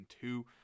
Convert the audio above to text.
two